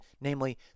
namely